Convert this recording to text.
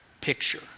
picture